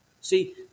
See